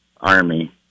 Army